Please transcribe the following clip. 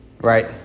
Right